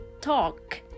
talk